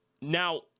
Now